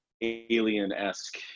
alien-esque